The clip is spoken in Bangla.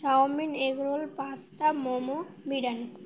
chowmein egg roll pasta momo biryani